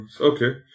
okay